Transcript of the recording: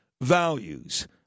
values